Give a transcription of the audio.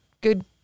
good